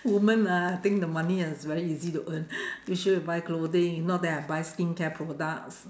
women ah think the money is very easy to earn usually we buy clothing if not then I buy skincare products